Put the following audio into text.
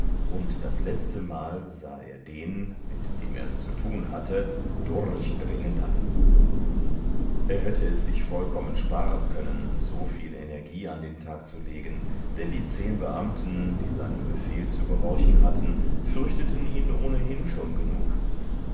und das letztemal sah er den mit dem er's zu tun hatte durchdringend an er hätte es sich vollkommen sparen können soviel energie an den tag zu legen denn die zehn beamten die seinem befehl zu gehorchen hatten fürchteten ihn ohnehin schon genug